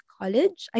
college